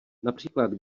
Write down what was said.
například